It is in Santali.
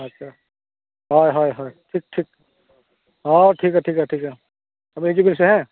ᱟᱪᱪᱷᱟ ᱦᱳᱭ ᱦᱳᱭ ᱴᱷᱤᱠ ᱴᱷᱤᱠ ᱦᱮᱸ ᱴᱷᱤᱠ ᱜᱮᱭᱟ ᱴᱷᱤᱠ ᱜᱮᱭᱟ ᱟᱹᱵᱤᱱ ᱦᱤᱡᱩᱜ ᱵᱤᱱ ᱥᱮ ᱦᱮᱸ